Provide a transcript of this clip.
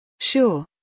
Sure